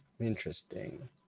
Interesting